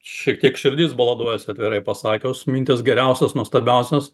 šiek tiek širdis baladojas atvirai pasakius mintys geriausios nuostabiausios